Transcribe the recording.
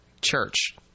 church